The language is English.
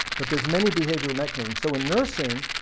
but there's many behavioral mechanisms. so in nursing,